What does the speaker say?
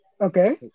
Okay